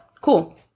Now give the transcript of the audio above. cool